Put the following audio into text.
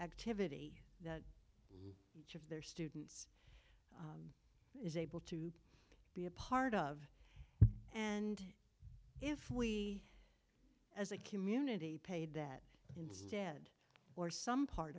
activity that each of their students is able to be a part of and if we as a community paid that instead or some part